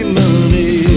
money